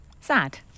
Sad